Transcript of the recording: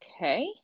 okay